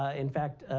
ah in fact,